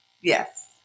Yes